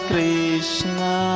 Krishna